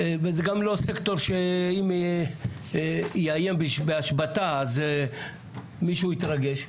זה גם לא סקטור שיאיים בהשבתה אז מישהו יתרגש.